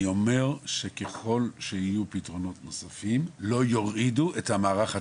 אני אומר שככל שיהיו פתרונות נוספים לא יורידו את המערך הטלפוני.